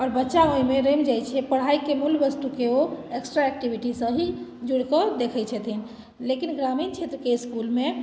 आओर बच्चा ओहिमे रमि जाइत छै पढ़ाइके मूल वस्तुके ओ एक्स्ट्रा एक्टिविटीसँ ही जुड़िके देखैत छथिन लेकिन ग्रामीण क्षेत्रके इस्कुलमे